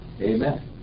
Amen